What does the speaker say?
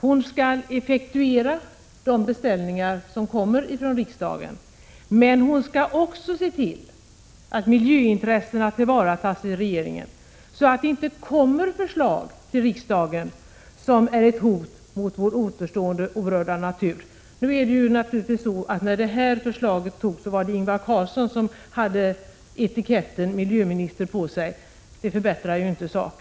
Hon skall effektuera de beställningar som kommer från riksdagen, men hon skall också se till att miljöintressena tillvaratas i regeringen, så att det inte kommer förslag till riksdagen som är ett hot mot vår återstående orörda natur. När det här förslaget antogs var det Ingvar Carlsson som hade etiketten miljöminister på sig. Det förbättrar ju inte saken.